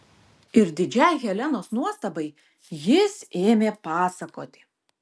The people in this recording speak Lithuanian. ir didžiai helenos nuostabai jis ėmė pasakoti